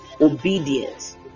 obedience